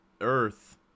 Earth